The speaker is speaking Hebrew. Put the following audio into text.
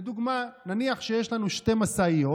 לדוגמה, נניח שיש לנו שתי משאיות